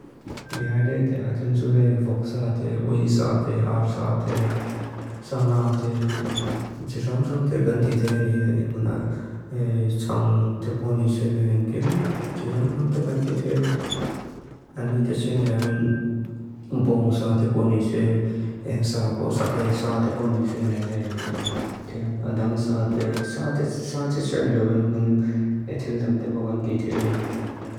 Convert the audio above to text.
Ní háidé t'á tínsú héi vuk sáate, uí sáate, ár sáate, sá ngáate, tí ráung sáate gandí tí áni héi mun ái cháng tí póní xéilein kíún tí ráung sáate gandí tí áni. Áni tí xéinilá win bóng sáate póní xéi, én sá bó sákei sáate póní xéilein héi tíl ándáng sáate, sá tí xéinilá win mun héi tíldáng tí póní gandí tí áni.